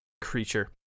creature